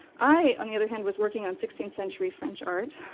i, on the other hand, was working on sixteenth century french art.